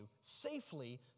safely